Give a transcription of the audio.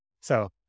So-